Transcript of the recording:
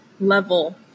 level